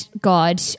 God